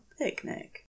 picnic